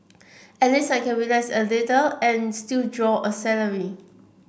at least I can relax a little and still draw a salary